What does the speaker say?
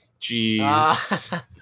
Jeez